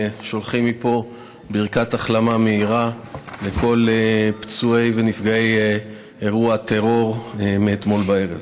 שולחים מפה ברכת החלמה מהירה לכל פצועי ונפגעי אירוע הטרור מאתמול בערב.